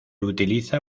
utiliza